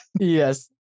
Yes